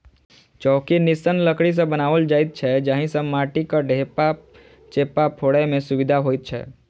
चौकी निस्सन लकड़ी सॅ बनाओल जाइत छै जाहि सॅ माटिक ढेपा चेपा फोड़य मे सुविधा होइत छै